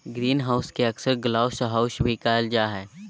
greenhouse के अक्सर glasshouse भी कहल जा हइ